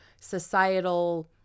societal